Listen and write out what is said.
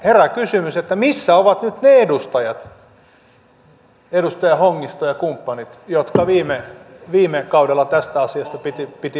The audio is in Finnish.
herää kysymys missä ovat nyt ne edustajat edustaja hongisto ja kumppanit jotka viime kaudella tästä asiasta pitivät ääntä